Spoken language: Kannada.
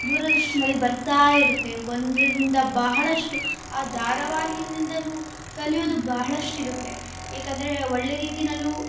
ದೂರದರ್ಶನದಲ್ಲಿ ಬರ್ತಾ ಇರುತ್ತೆ ಒಂದರಿಂದ ಬಹಳಷ್ಟು ಆ ಧಾರಾವಾಹಿಯಿಂದನು ಕಲಿಯೋದು ಬಹಳಷ್ಟು ಇರುತ್ತೆ ಏಕೆಂದರೆ ಒಳ್ಳೆಯ ರೀತಿಯಲ್ಲೂ